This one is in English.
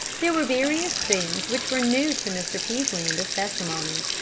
there were various things which were new to mr. peaslee in this testimony.